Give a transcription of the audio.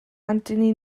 anthony